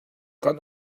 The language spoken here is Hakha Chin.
kan